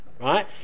right